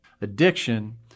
addiction